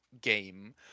game